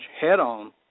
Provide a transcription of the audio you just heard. head-on